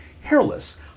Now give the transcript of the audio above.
Hairless